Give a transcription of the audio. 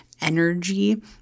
energy